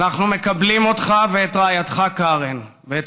אנחנו מקבלים אותך ואת רעייתך קארן ואת